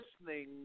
listening